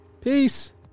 Peace